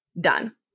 done